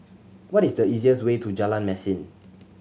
what is the easiest way to Jalan Mesin